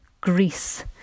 Greece